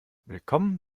willkommen